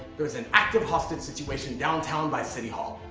there's an active hostage situation downtown by city hall.